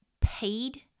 paid